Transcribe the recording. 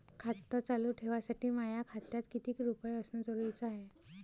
खातं चालू ठेवासाठी माया खात्यात कितीक रुपये असनं जरुरीच हाय?